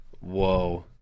Whoa